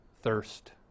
thirst